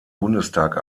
bundestag